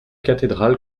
cathédrale